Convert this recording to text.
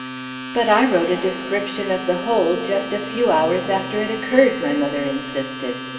but i wrote a description of the whole, just a few hours after it occurred! my mother insisted.